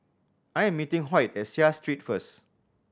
I am meeting Hoyt at Seah Street first